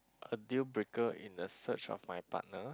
a deal breaker in a search of my partner